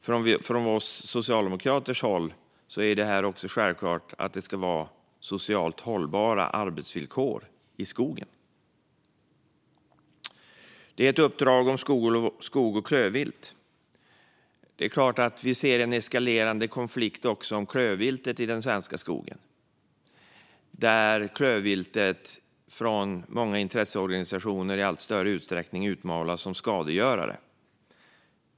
För oss som socialdemokrater är det också självklart att det ska vara socialt hållbara arbetsvillkor i skogen. Det finns också ett uppdrag om skog och klövvilt. Vi ser en eskalerande konflikt om klövviltet i den svenska skogen. Klövviltet utmålas i allt större utsträckning från många intresseorganisationer som skadegörare.